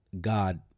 god